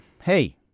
hey